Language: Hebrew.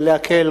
להקל,